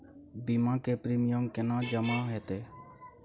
बीमा के प्रीमियम केना जमा हेते?